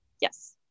yes